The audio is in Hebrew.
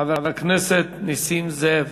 חבר הכנסת נסים זאב.